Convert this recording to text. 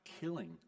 killing